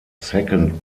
second